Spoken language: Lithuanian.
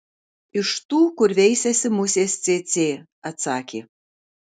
iš tų kur veisiasi musės cėcė atsakė